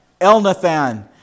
Elnathan